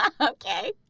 Okay